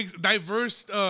diverse